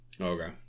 Okay